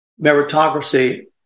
meritocracy